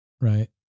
right